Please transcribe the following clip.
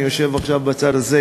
אני יושב עכשיו בצד הזה.